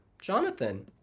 Jonathan